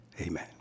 Amen